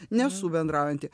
nesu bendraujanti